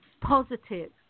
positive